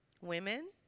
Women